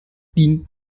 dient